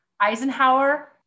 Eisenhower